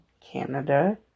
Canada